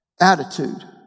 Attitude